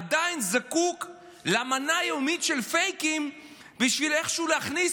עדיין זקוק למנה היומית של פייקים בשביל להכניס